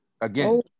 again